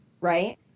right